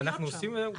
גם אנחנו עושים היום,